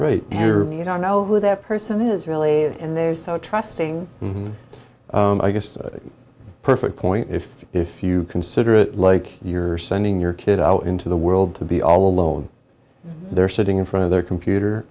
right here you don't know who that person is really in there so trusting and i guess the perfect point if if you consider it like you're sending your kid out into the world to be all alone they're sitting in front of their computer